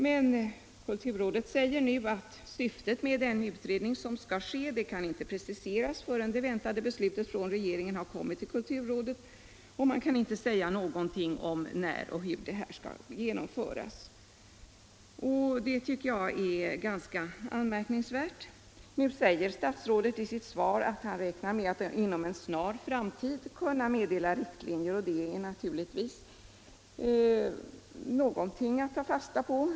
Men kulturrådet säger nu att syftet med den utredning som skall ske inte kan preciseras förrän det väntade beslutet från regeringen kommit till kulturrådet, och man kan inte säga någonting om när och hur denna skall genomföras. Det tycker jag är ganska anmärkningsvärt. Statsrådet säger i sitt svar att han räknar med att inom en snar framtid kunna meddela riktlinjer, och det är naturligtvis någonting att ta fasta på.